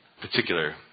particular